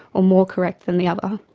or more correct than the other.